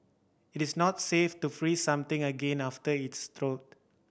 it is not safe to free something again after it thawed